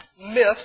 myth